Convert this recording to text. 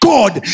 God